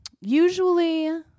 usually